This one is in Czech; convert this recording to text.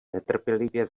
netrpělivě